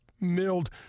milled